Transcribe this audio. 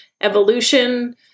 evolution